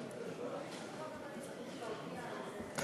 (3) של חברת הכנסת אורלי